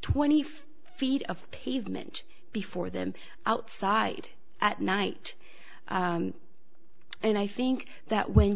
twenty five feet of pavement before them outside at night and i think that when